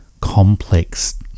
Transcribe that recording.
complex